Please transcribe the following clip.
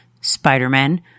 Spider-Man